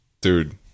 dude